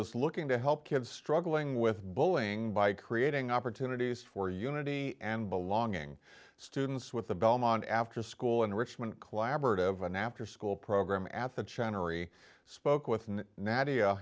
is looking to help kids struggling with boeing by creating opportunities for unity and belonging students with the belmont after school in richmond collaborative an afterschool program